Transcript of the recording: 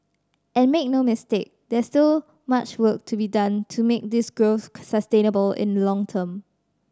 and make no mistake there's still much work to be done to make this growth sustainable in long term